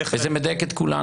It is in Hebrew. וזה מדייק את כולנו.